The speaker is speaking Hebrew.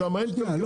שם אין כלכלנים,